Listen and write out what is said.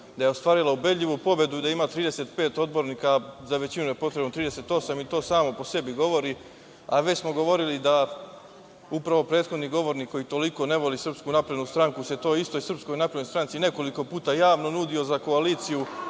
da je ostvarila ubedljivu pobedu, da ima 35 odbornika, a za većinu je potrebno 38 i to samo po sebi govori, a već smo govorili da upravo prethodni govornik koji toliko ne voli SNS se toj istoj SNS nekoliko puta javno nudio za koaliciju,